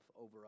over